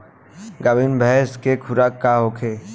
गाभिन भैंस के खुराक का होखे?